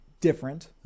different